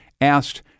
asked